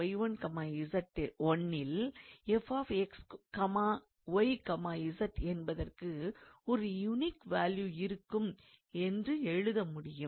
எனவே 𝑥1𝑦1𝑧1இல் 𝑓𝑥𝑦𝑧 என்பதற்கு ஒரு யூனிக் வேல்யூ இருக்கும் என்று எழுத முடியும்